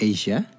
Asia